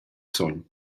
sogn